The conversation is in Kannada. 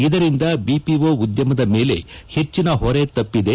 ಇದರಿಂದ ಬಿಪಿಒ ಉದ್ಲಮದ ಮೇಲೆ ಹೆಚ್ಚಿನ ಹೊರೆ ತಪ್ಪಿದೆ